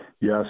Yes